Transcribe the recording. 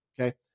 okay